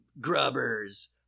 grubbers